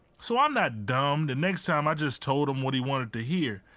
so i'm not dumb, the next time i just told him what he wanted to hear.